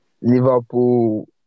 Liverpool